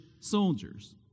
soldiers